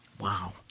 Wow